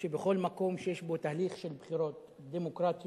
שבכל מקום שיש בו תהליך של בחירות דמוקרטיות,